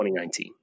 2019